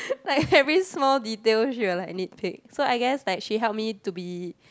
like every small detail she will like nitpick so I guess like she help me to be